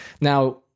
now